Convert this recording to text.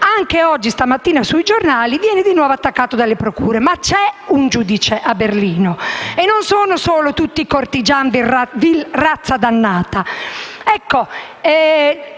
che anche stamattina sui giornali viene di nuovo attaccato dalle procure. Ma c'è un giudice a Berlino e non sono tutti «cortigiani, vil razza dannata».